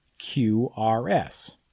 QRS